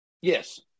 Yes